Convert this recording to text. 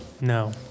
No